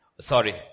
Sorry